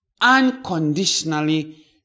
unconditionally